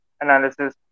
analysis